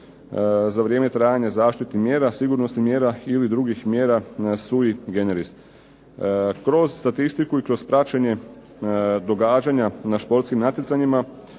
za vrijeme trajanja zaštitnih mjera, sigurnosnih mjera ili drugih mjera Sui generis. Kroz statistiku i kroz praćenje događanja na športskim natjecanjima,